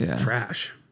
trash